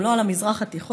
גם לא על המזרח התיכון.